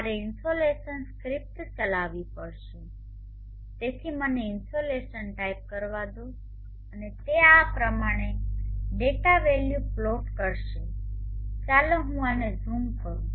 મારે insolation script ચલાવવી પડશે તેથી મને ઈનસોલેશન ટાઇપ કરવા દો અને તે આ પ્રમાણે ડેટા વેલ્યુ પ્લોટ કરશે ચાલો હું આને ઝૂમ કરું